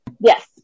Yes